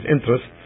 interests